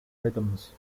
rhythms